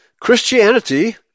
Christianity